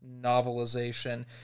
novelization